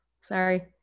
sorry